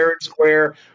Square